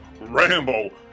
Rambo